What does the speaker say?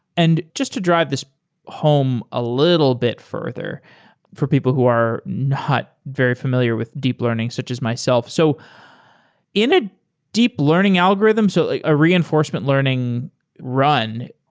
and just to drive this home a little bit further for people who are not very familiar with deep learning, such as myself. so in a deep learning algorithm, so like a reinforcement learning run,